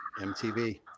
MTV